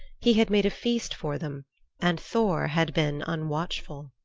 he had made a feast for them and thor had been unwatchful.